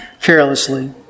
carelessly